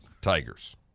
Tigers